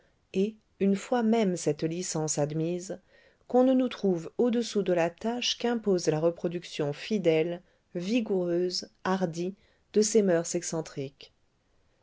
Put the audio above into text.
et une fois même cette licence admise qu'on ne nous trouve au-dessous de la tâche qu'impose la reproduction fidèle vigoureuse hardie de ces moeurs excentriques